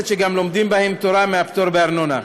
שגם לומדים בהם תורה מהפטור בארנונה.